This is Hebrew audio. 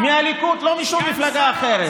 מהליכוד, לא משום מפלגה אחרת.